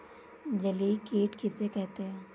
जलीय कीट किसे कहते हैं?